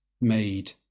made